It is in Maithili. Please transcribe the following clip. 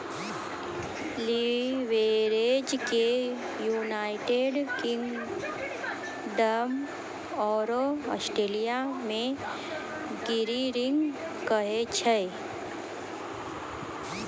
लीवरेज के यूनाइटेड किंगडम आरो ऑस्ट्रलिया मे गियरिंग कहै छै